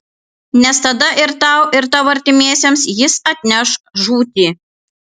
nes tada ir tau ir tavo artimiesiems jis atneš žūtį